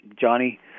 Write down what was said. Johnny